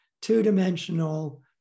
two-dimensional